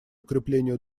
укреплению